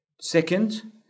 Second